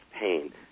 pain